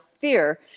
fear